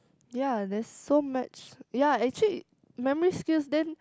ya there's so much ya actually memory skills then